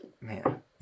Man